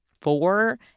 four